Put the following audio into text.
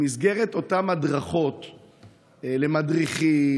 במסגרת אותן הדרכות למדריכים,